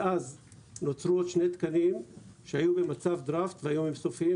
מאז נוצרו עוד שני תקנים שהיו בטיוטה והיום הם סופיים,